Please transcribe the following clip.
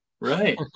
right